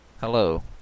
Hello